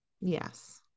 Yes